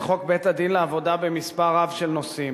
חוק בית-הדין לעבודה במספר רב של נושאים.